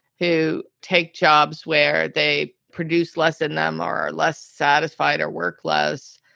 who take jobs, where they produce less than them or are less satisfied or work less.